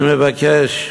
אני מבקש,